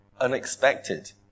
unexpected